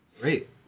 Great